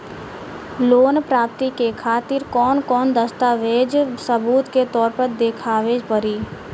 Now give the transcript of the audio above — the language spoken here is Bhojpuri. लोन प्राप्ति के खातिर कौन कौन दस्तावेज सबूत के तौर पर देखावे परी?